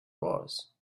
was